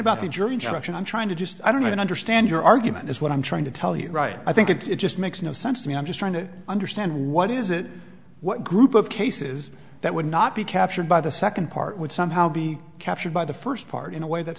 instruction i'm trying to just i don't understand your argument is what i'm trying to tell you right i think it just makes no sense to me i'm just trying to understand what is it what group of cases that would not be captured by the second part would somehow be captured by the first part in a way that's